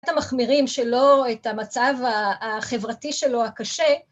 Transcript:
‫את המחמירים שלו, ‫את המצב החברתי שלו הקשה.